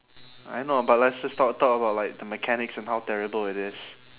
alright no but let's just talk talk about like the mechanics and how terrible it is